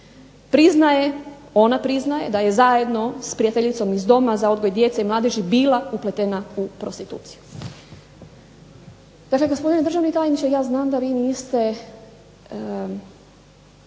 priznaje, ona priznaje da je zajedno sa prijateljicom iz Doma za odgoj djece i mladeži bila upletena u prostituciju. Dakle, gospodine državni tajniče ja znam da vi niste